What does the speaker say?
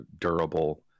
durable